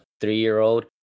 three-year-old